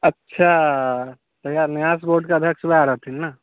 अच्छा तहिया न्यास बोर्डके अध्यक्ष वएह रहथिन ने